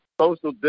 social